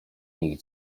nich